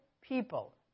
people